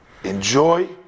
Enjoy